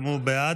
גם הוא בעד.